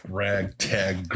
ragtag